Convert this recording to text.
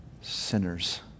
sinners